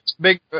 big